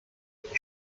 ich